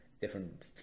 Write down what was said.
different